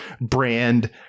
brand